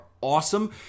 Awesome